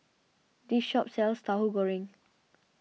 this shop sells Tauhu Goreng